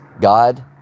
God